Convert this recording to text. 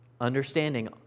understanding